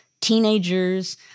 teenagers